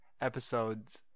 episodes